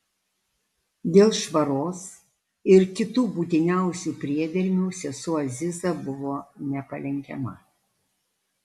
dėl švaros ir kitų būtiniausių priedermių sesuo aziza buvo nepalenkiama